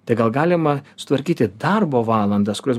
tai gal galima sutvarkyti darbo valandas kurios